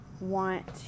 want